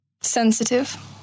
Sensitive